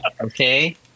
okay